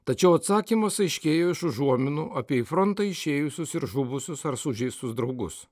tačiau atsakymas aiškėjo iš užuominų apie į frontą išėjusius ir žuvusius ar sužeistus draugus